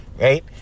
right